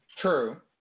True